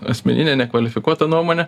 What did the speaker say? asmeninė nekvalifikuota nuomonė